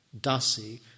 Dasi